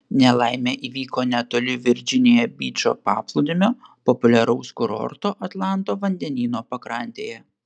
nelaimė įvyko netoli virdžinija byčo paplūdimio populiaraus kurorto atlanto vandenyno pakrantėje